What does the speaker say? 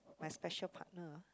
my special partner